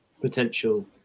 potential